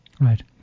Right